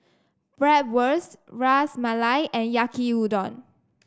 Bratwurst Ras Malai and Yaki Udon